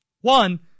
One